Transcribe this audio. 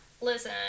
Listen